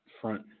front